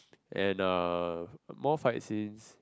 and uh more fight scenes